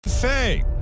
Faye